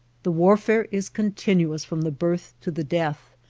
the warfare is con tinuous from the birth to the death.